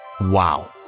Wow